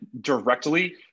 directly